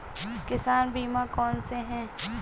किसान बीमा कौनसे हैं?